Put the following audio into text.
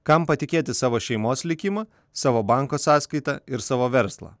kam patikėti savo šeimos likimą savo banko sąskaitą ir savo verslą